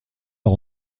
par